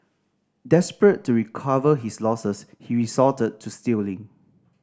desperate to recover his losses he resorted to stealing